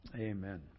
Amen